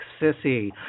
sissy